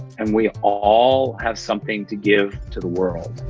and we all have something to give to the world.